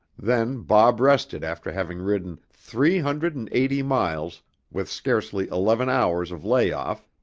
then bob rested after having ridden three hundred and eighty miles with scarcely eleven hours of lay-off,